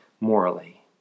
morally